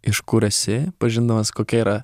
iš kur esi pažindamas kokia yra